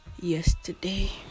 yesterday